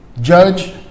Judge